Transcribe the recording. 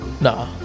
Nah